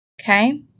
okay